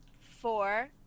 four